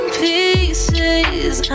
pieces